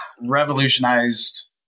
revolutionized